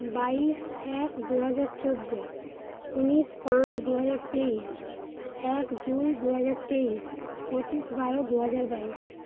বাইশ এক দুহাজার চৌদ্দ উনিশ পাঁচ দুহাজার তেইশ এক দুই দুহাজার তেইশ পঁচিশ বারো দুহাজার বাইশ